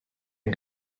yng